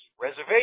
reservation